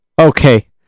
Okay